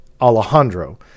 Alejandro